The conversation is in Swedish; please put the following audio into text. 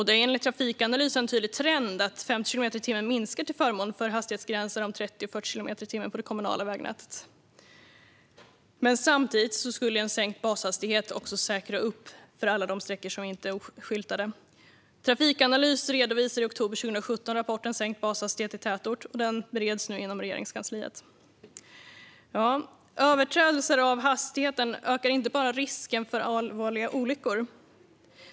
Det är enligt Trafikanalys en tydlig trend att sträckorna med 50 kilometer i timmen minskar till förmån för sträckor med hastighetsgränser på 30 och 40 kilometer i timmen i det kommunala vägnätet. Samtidigt skulle en sänkt bashastighet säkra upp på alla sträckor som inte är skyltade. Trafikanalys redovisade i oktober 2017 rapporten Sänkt bashastighet i tätort , och den bereds nu i Regeringskansliet. Överträdelser av hastighetsbegränsningen ökar inte bara risken för allvarliga olyckor.